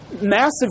massive